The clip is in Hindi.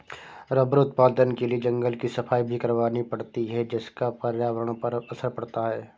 रबर उत्पादन के लिए जंगल की सफाई भी करवानी पड़ती है जिसका पर्यावरण पर असर पड़ता है